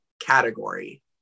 category